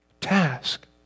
task